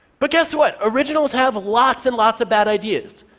but guess what? originals have lots and lots of bad ideas,